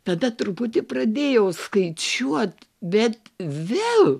tada truputį pradėjau skaičiuot bet vėl